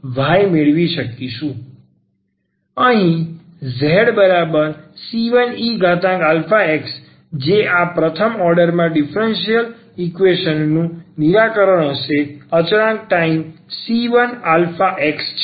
તેથી અહીં zc1eαx જે આ પ્રથમ ઓર્ડરમાં ડીફરન્સીયલ ઈક્વેશન નું નિરાકરણ હશે અચળાંક ટાઈમ c 1 આલ્ફા x છે